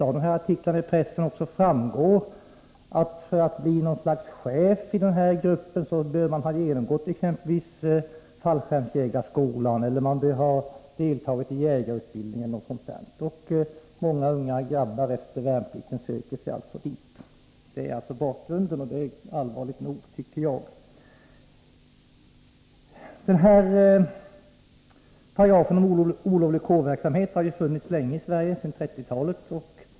Av artiklarna i pressen framgår att för att bli någon sorts chef i den här gruppen bör man ha genomgått exempelvis fallskärmsjägarskolan eller ha deltagit i jägarutbildning e.d. Många unga grabbar söker sig efter värnplikten till den här gruppen. Detta är bakgrunden till min fråga, och jag tycker att det är allvarligt nog. Lagparagrafen om olovlig kårverksamhet har funnits länge i Sverige — sedan 1930-talet.